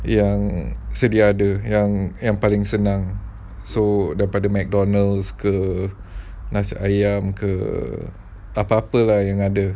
yang sedia ada yang paling senang so daripada McDonald ke nasi ayam ke apa-apa lah yang ada